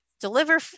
deliver